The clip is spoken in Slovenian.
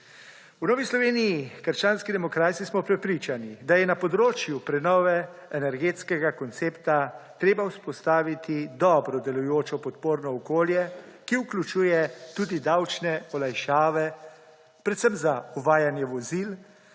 V Novi Sloveniji – krščanski demokrati smo prepričani, da je na področju prenove energetskega koncepta treba vzpostaviti dobro delujočo podporno okolje, ki vključuje tudi davčne olajšave predvsem za uvajanje vozil,